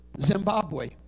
Zimbabwe